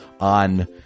on